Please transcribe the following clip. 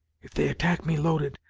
if they attack me loaded,